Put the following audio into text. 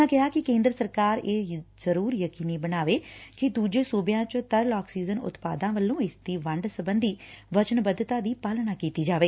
ਉਨ੍ਹਾਂ ਕਿਹਾ ਕਿ ਕੇਂਦਰ ਸਰਕਾਰ ਇਹ ਜ਼ਰੂਰ ਯਕੀਨੀ ਬਣਾਏ ਕਿ ਦੂਜੇ ਸੂਬਿਆਂ ਚ ਤਰਲ ਆਕਸੀਜਨ ਉਤਪਾਦਕਾਂ ਵੱਲੋਂ ਇਸ ਦੀ ਵੰਡ ਸਬੰਧੀ ਸਾਰੀਆਂ ਵਚਨਬੱਧਤਾਵਾਂ ਦਾ ਪਾਲਣ ਕੀਤਾ ਜਾਵੇ